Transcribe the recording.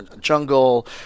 jungle